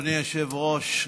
אדוני היושב-ראש,